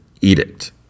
edict